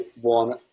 one